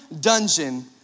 dungeon